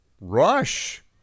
Rush